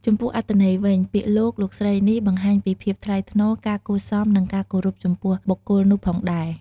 ចំពោះអត្ថន័យវិញ ពាក្យលោក លោកស្រីនេះ បង្ហាញពីភាពថ្លៃថ្នូរ ការគួរសម និងការគោរពចំពោះបុគ្គលនោះផងដែរ។